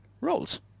roles